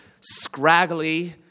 scraggly